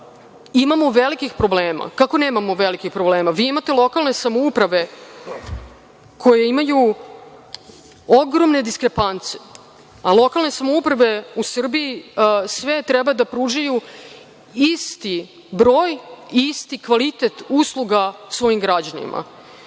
velikih problema. Kako nemamo velikih problema? Imate lokalne samouprave koje imaju ogromne diskrepance, a lokalne samouprave u Srbiji treba da pružaju isti broj, isti kvalitet usluga svojim građanima,